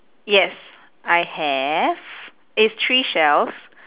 yes I have it's three shelves